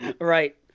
Right